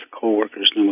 co-workers